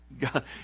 God